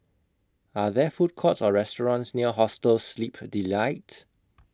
Are There Food Courts Or restaurants near Hostel Sleep Delight